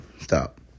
stop